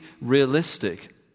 realistic